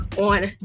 on